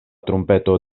trumpeto